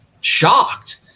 shocked